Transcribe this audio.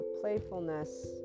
playfulness